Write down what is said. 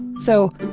so,